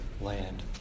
land